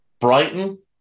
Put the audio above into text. Brighton